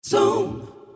Zoom